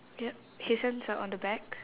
yup his hands are on the back